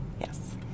Yes